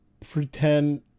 pretend